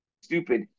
stupid